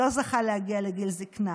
לא זכה להגיע לגיל זקנה.